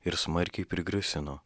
ir smarkiai prigrasino